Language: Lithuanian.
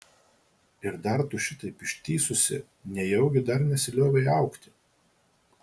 ir dar tu šitaip ištįsusi nejaugi dar nesiliovei augti